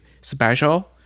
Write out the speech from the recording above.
special